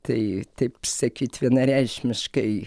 tai taip sakyt vienareikšmiškai